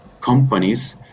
companies